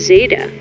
Zeta